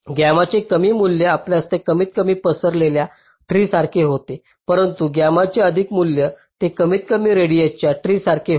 गामाचे कमी मूल्य असल्यास ते कमीतकमी पसरलेल्या ट्री सारखे होते परंतु गामाचे अधिक मूल्य ते कमीतकमी रेडिएसच्या ट्री सारखे होते